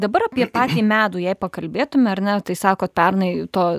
dabar apie patį medų jei pakalbėtume ar ne tai sakot pernai to